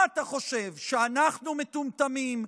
מה אתה חושב, שאנחנו מטומטמים?